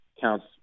counts